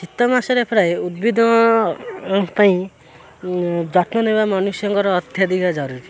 ଶୀତ ମାସରେ ପ୍ରାୟ ଉଦ୍ଭିଦ ପାଇଁ ଯତ୍ନ ନେବା ମନୁଷ୍ୟଙ୍କର ଅତ୍ୟଧିକ ଜରୁରୀ